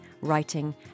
writing